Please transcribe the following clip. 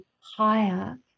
higher